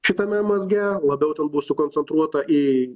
šitame mazge labiau ten bus sukoncentruota į